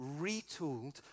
retooled